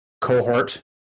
cohort